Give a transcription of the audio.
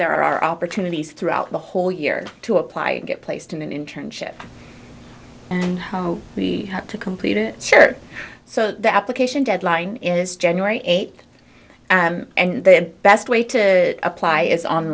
there are opportunities throughout the whole year to apply get placed in an internship and home to complete it sure so the application deadline is january eighth and the best way to apply is